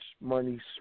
money